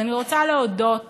אז אני רוצה להודות